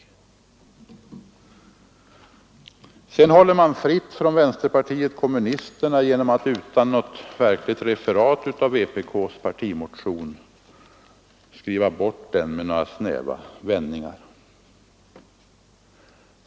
Sedan håller man fritt från vänsterpartiet kommunisterna genom att utan något verkligt referat av vänsterpartiet kommunisternas partimotion skriva bort den med några snäva vändningar.